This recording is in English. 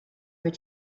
were